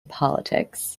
politics